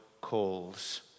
calls